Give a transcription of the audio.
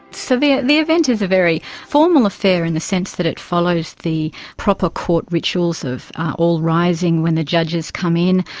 so the ah the event is a very formal affair in the sense that it follows the proper court rituals of all rising when the judges come in,